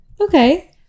Okay